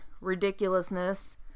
ridiculousness